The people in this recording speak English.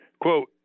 quote